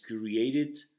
created